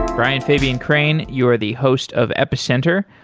brian fabian crain, you are the host of epicenter.